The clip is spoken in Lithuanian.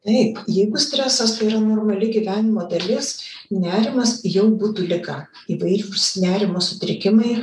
taip jeigu stresas tai yra normali gyvenimo dalis nerimas jau būtų liga įvairūs nerimo sutrikimai